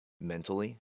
mentally